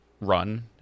run